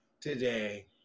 today